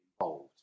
involved